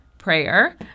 prayer